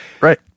Right